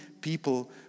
people